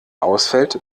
ausfällt